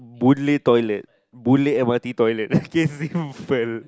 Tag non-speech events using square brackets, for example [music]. Woodleigh toilet Woodleigh m_r_t toilet [laughs] K see who fell